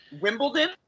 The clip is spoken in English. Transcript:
Wimbledon